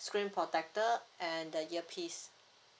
screen protector and the earpiece